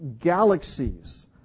galaxies